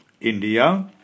India